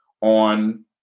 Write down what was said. on